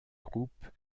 groupe